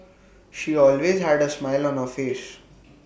she always had A smile on her face